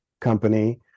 company